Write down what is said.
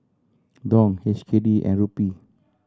Dong H K D and Rupee